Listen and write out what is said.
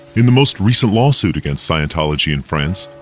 in the most recent lawsuit against scientology in france,